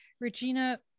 Regina